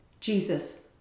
Jesus